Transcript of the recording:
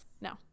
no